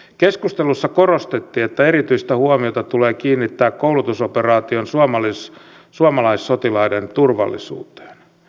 keskustelussa korostettiin että erityistä huomiota tulee kiinnittää koulutusoperaation suomalaissotilaiden turvallisuuteen